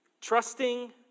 Trusting